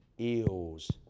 eels